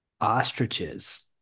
ostriches